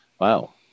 Wow